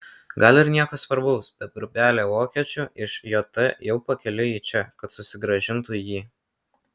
gal ir nieko svarbaus bet grupelė vokiečių iš jt jau pakeliui į čia kad susigrąžintų jį